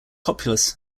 populous